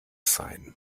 sein